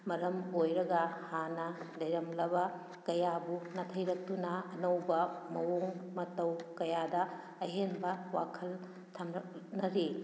ꯃꯔꯝ ꯑꯣꯏꯔꯒ ꯍꯥꯟꯅ ꯂꯩꯔꯝꯂꯕ ꯀꯌꯥꯕꯨ ꯅꯥꯊꯩꯔꯛꯇꯨꯅ ꯑꯅꯧꯕ ꯃꯑꯣꯡ ꯃꯇꯧ ꯀꯌꯥꯗ ꯑꯍꯦꯟꯕ ꯋꯥꯈꯜ ꯊꯥꯡꯒꯠꯅꯔꯤ